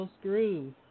Screws